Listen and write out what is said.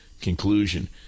conclusion